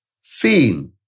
seen